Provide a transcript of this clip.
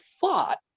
thought